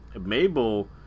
Mabel